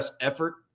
effort